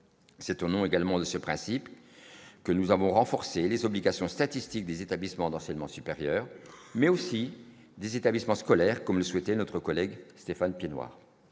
C'est au nom également de ce principe que nous avons renforcé les obligations statistique des établissements d'enseignement supérieur, mais aussi des établissements scolaires, comme le souhaitait notre collègue Stéphane Piednoir